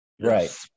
Right